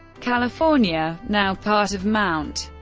california, now part of mt.